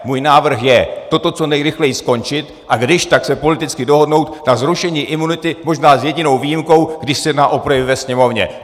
Můj návrh je toto co nejrychleji skončit a když tak se politicky dohodnout na zrušení imunity, možná s jedinou výjimkou, když se jedná o projevy ve Sněmovně.